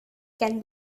can